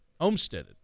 homesteaded